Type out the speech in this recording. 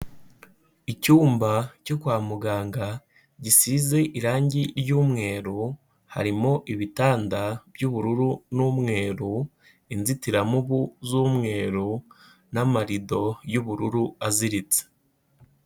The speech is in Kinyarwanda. Icyumba cyo kwa muganga gisize irangi ry'umweru, harimo ibitanda by'ubururu n'umweru, inzitiramubu z'umweru n'amarido y'ubururu aziritse.